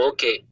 Okay